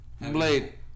Blade